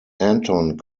anton